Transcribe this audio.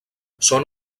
són